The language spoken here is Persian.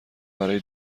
برای